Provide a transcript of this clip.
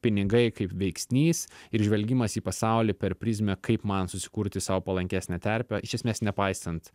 pinigai kaip veiksnys ir žvelgimas į pasaulį per prizmę kaip man susikurti sau palankesnę terpę iš esmės nepaisant